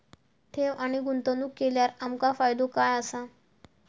ठेव आणि गुंतवणूक केल्यार आमका फायदो काय आसा?